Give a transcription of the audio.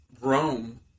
Rome